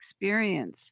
experience